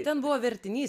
ten buvo vertinys